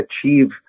achieve